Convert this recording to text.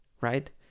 right